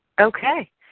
Okay